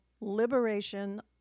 liberation